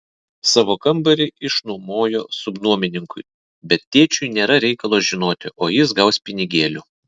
savo kambarį išnuomojo subnuomininkui bet tėčiui nėra reikalo žinoti o jis gaus pinigėlių